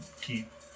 keep